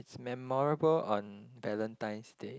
it's memorable on Valentines Day